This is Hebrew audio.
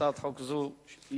שהיא הצעת חוק יסודות התקציב (תיקון מס' 40)